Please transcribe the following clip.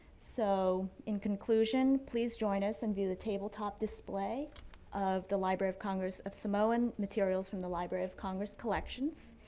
so in conclusion please join us and view the tabletop display of the library of congress of samoan materials from the library of congress collections.